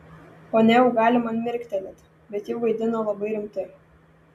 ponia jau gali man mirktelėti bet ji vaidina labai rimtai